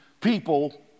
people